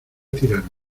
tirarme